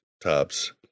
tops